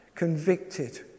convicted